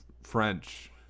French